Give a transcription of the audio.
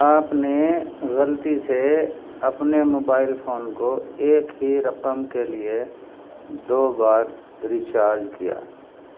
آپ نے غلطی سے اپنے موبائل فون کو ایک ہی رقم کے لیے دو بار ریچارج کیا